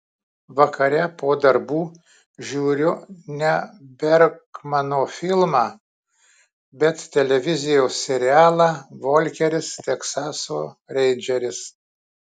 vakare po darbų žiūriu ne bergmano filmą bet televizijos serialą volkeris teksaso reindžeris